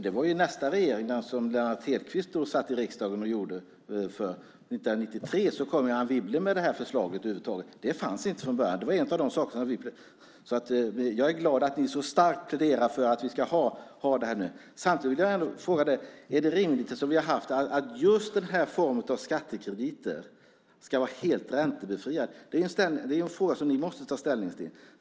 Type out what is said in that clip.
Det var nästa regering och Anne Wibble som 1993 kom med detta förslag. Det fanns över huvud taget inte från början. Så jag är glad att ni så starkt pläderar för det nu. Samtidigt vill jag ändå fråga: Är det rimligt som vi har haft det, att just denna form av skattekrediter ska vara helt räntebefriade? Det är en fråga som ni måste ta ställning till.